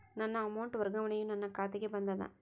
ನನ್ನ ಅಮೌಂಟ್ ವರ್ಗಾವಣೆಯು ನನ್ನ ಖಾತೆಗೆ ಬಂದದ